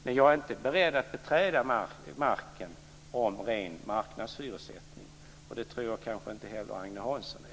Men jag är inte beredd att beträda marken om ren marknadshyressättning. Det tror jag inte att Agne Hansson heller är.